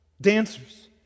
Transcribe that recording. dancers